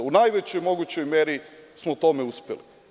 U najvećoj mogućoj meri smo u tome uspeli.